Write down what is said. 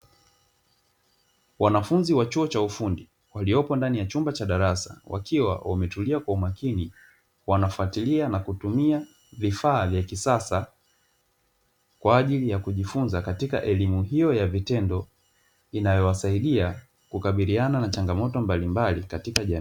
Wanafunzi wa chuo cha ufundi, waliopo ndani ya chumba cha darasa wakiwa wametulia kwa umakini, wanafuatilia na kutumia vifaa vya kisasa kwa ajili ya kujifunza katika elimu hiyo ya vitendo; inayowasaidia kukabiliana na changamoto mbalimbali katika jamii.